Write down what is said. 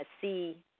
see